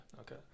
okay